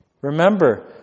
Remember